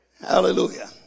Hallelujah